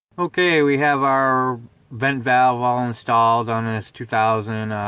okay, we have our vent valve all installed on this two thousand